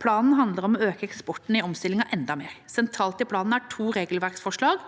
Planen handler om å øke tempoet i omstillingen enda mer. Sentralt i planen er to regelverksforslag